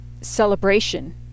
celebration